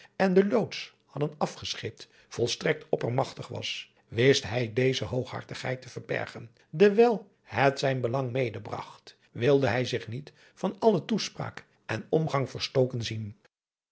en den loots hadden afgescheept volstrekt oppermagtig was wist hij deze hooghartigheid te verbergen dewijl het zijn belang medebragt wilde hij zich niet van alle toespraak en omgang verstoken zien